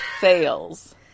fails